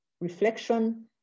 reflection